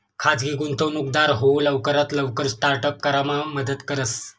खाजगी गुंतवणूकदार हाऊ लवकरात लवकर स्टार्ट अप करामा मदत करस